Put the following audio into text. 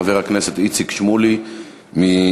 חבר הכנסת איציק שמולי מסיעתי,